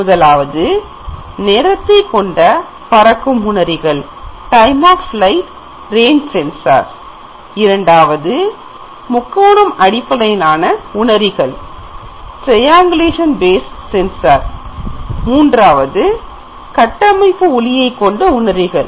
முதலாவது நேரத்தை கொண்ட பறக்கும் உணரிகள் இரண்டாவது முக்கோணம் அடிப்படையிலான உணரிகள் 0 மற்றும் கட்டமைப்பு ஒளியைக் கொண்ட உணரிகள்